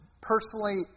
personally